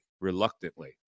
reluctantly